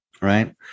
right